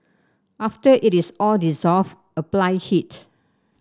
after it is all dissolved apply heat